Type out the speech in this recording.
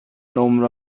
نمره